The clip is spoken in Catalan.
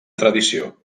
tradició